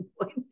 point